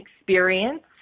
experience